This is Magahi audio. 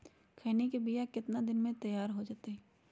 खैनी के बिया कितना दिन मे तैयार हो जताइए?